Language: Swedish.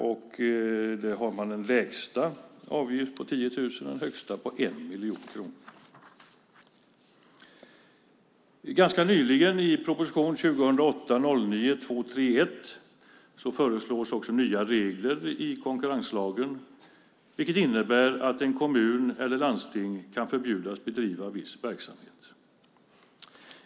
Man har en lägsta avgift på 10 000 och en högsta på 1 miljon kronor. Ganska nyligen, i proposition 2008/09:231, föreslogs nya regler i konkurrenslagen, vilket innebär att en kommun eller ett landsting kan förbjudas att bedriva viss verksamhet.